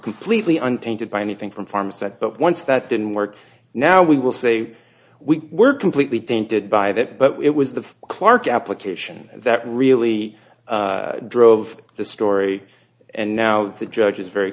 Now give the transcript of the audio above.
completely untainted by anything from farms that but once that didn't work now we will say we were completely dented by that but it was the clarke application that really drove the story and now the judge is very